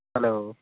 hello